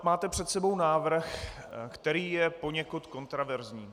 Máte před sebou návrh, který je poněkud kontroverzní.